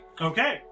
Okay